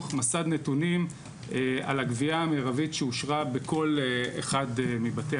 מסד נתונים על הגבייה המרבית שאושרה בכל אחד מבתי